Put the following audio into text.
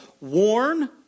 Warn